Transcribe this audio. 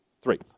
Three